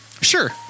sure